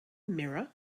mirror